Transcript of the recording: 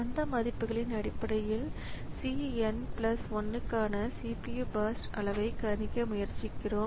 அந்த மதிப்புகளின் அடிப்படையில் c n 1 க்கான CPU பர்ஸ்ட் அளவைக் கணிக்க முயற்சிக்கிறோம்